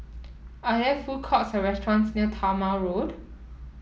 are there food courts or restaurants near Talma Road